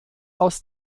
aus